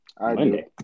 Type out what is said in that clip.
Monday